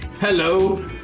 Hello